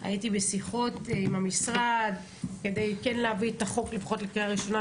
הייתי בשיחות עם המשרד כדי כן להביא את החוק לפחות לקריאה ראשונה,